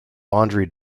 laundry